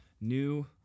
New